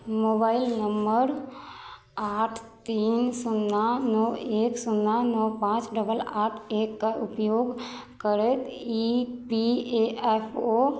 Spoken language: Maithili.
मोबाइल नंबर आठ तीन शुन्ना नओ एक शुन्ना नओ पाँच डबल आठ एक के उपयोग करैत E P A F O